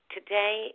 Today